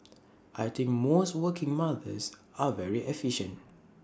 I think most working mothers are very efficient